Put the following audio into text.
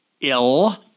ill